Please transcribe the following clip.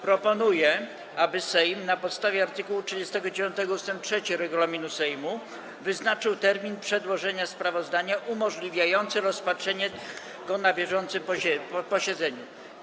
Proponuję, aby Sejm, na podstawie art. 39 ust. 3 regulaminu Sejmu, wyznaczył termin przedłożenia sprawozdania umożliwiający rozpatrzenie go na bieżącym posiedzeniu Sejmu.